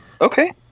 Okay